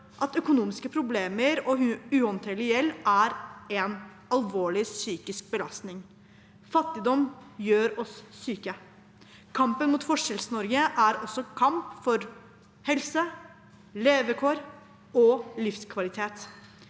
at økonomiske problemer og uhåndterlig gjeld er en alvorlig psykisk belastning. Fattigdom gjør oss syke. Kampen mot Forskjells-Norge er også en kamp for helse, levekår og livskvalitet.